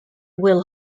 will